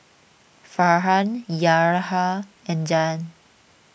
Farhan Yahya and Dian